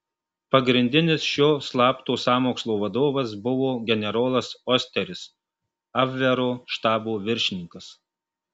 pagrindinis šio slapto sąmokslo vadovas buvo generolas osteris abvero štabo viršininkas